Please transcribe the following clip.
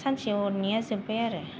सानसेनिया जोबबाय आरो